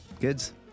kids